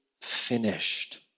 finished